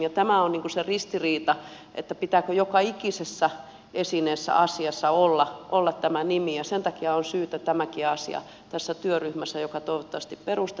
ja tämä on se ristiriita että pitääkö joka ikisessä esineessä asiassa olla tämä nimi ja sen takia on syytä tämäkin asia tässä työryhmässä joka toivottavasti perustetaan selvittää